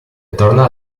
torna